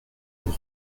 nous